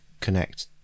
Connect